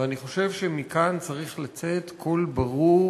ואני חושב שמכאן צריך לצאת קול ברור,